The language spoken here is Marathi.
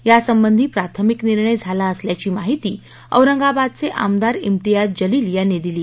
यासंबंधी प्राथमिक निर्णय झाला असल्याची माहिती औरंगाबादचे आमदार इम्तियाज जलील यांनी दिली